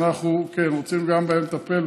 ואנחנו רוצים גם בהם לטפל,